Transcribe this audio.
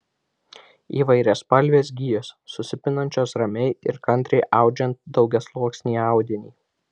įvairiaspalvės gijos susipinančios ramiai ir kantriai audžiant daugiasluoksnį audinį